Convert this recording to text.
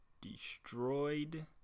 destroyed